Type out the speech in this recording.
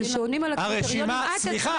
עשינו